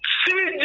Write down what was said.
see